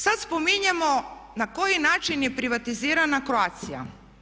Sad spominjemo na koji način je privatizirana Croatia?